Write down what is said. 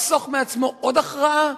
לחסוך מעצמו עוד הכרעה.